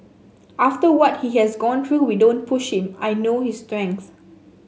after what he has gone through we don't push him I know his strength